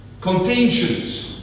Contentions